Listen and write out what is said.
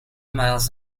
miles